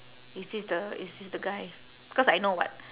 is this the is this the guy because I know what